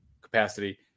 capacity